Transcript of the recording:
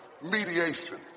mediation